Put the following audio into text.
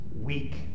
weak